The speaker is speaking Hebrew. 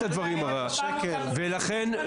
--- לכן,